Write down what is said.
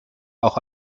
auch